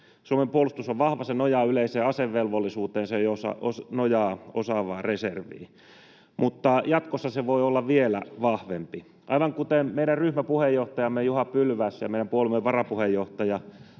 Suomen puolustus on vahva — se nojaa yleiseen asevelvollisuuteen, se nojaa osaavaan reserviin — mutta jatkossa se voi olla vielä vahvempi. Aivan kuten meidän ryhmäpuheenjohtajamme Juha Pylväs ja meidän puolueemme varapuheenjohtaja